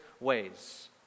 ways